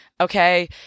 Okay